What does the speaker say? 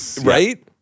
right